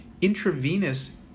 intravenous